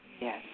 Yes